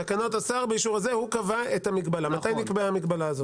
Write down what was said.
מתי נקבעה המגבלה הזאת?